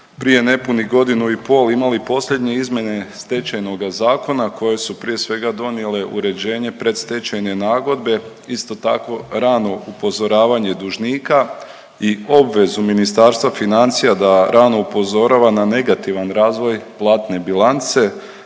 prije nepunih godinu i pol imali posljednje izmjene Stečajnoga zakona koje su, prije svega donijele uređenje predstečajne nagodbe, isto tako, rano upozoravanje dužnika i obvezu Ministarstva financija da rano upozorava na negativan razvoj platne bilance,